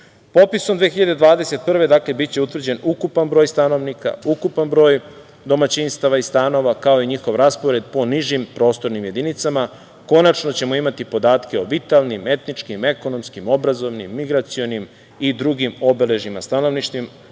oblasti. Popisom 2021. godine biće utvrđen ukupan broj stanovnika, ukupan broj domaćinstava i stanova, kao i njihov raspored po nižim prostornim jedinicama. Konačno ćemo imati podatke o vitalnim, etničkim, ekonomskim, obrazovnim, migracionim i drugim obeležjima stanovništva